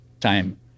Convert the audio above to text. time